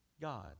God